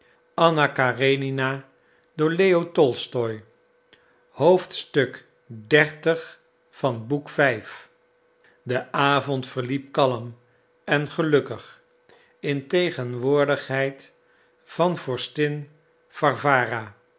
de avond verliep kalm en gelukkig in tegenwoordigheid van